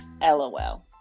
LOL